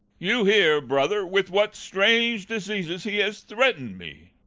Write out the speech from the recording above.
you hear, brother, with what strange diseases he has threatened me.